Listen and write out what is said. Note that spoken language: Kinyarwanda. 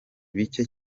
bike